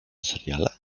seriale